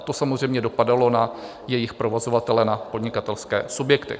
To samozřejmě dopadalo na jejich provozovatele, na podnikatelské subjekty.